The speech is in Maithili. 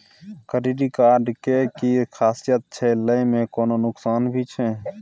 क्रेडिट कार्ड के कि खासियत छै, लय में कोनो नुकसान भी छै?